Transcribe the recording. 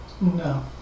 No